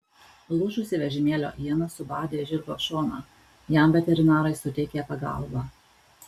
lūžusi vežimėlio iena subadė žirgo šoną jam veterinarai suteikė pagalbą